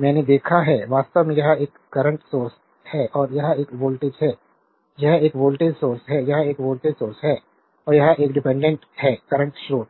मैंने देखा है वास्तव में यह एक करंट सोर्स है और यह एक वोल्टेज है यह एक वोल्टेज सोर्स है यह एक वोल्टेज सोर्स है और यह एक डिपेंडेंट है करंट स्रोत